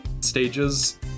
stages